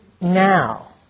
now